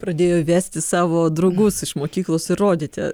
pradėjo vesti savo draugus iš mokyklos ir rodyti